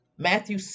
Matthew